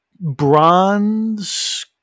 bronze